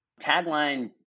Tagline